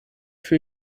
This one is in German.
für